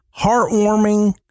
heartwarming